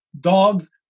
dogs